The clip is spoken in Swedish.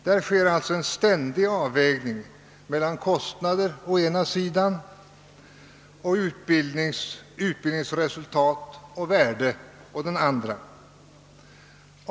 Det sker alltså en ständig avvägning mellan kostnader å ena sidan och utbildningens resultat och värde å den andra.